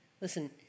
Listen